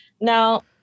Now